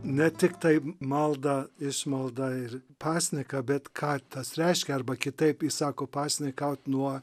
ne tiktai maldą išmaldą ir pasniką bet ką tas reiškia arba kitaip jis sako pasnikaut nuo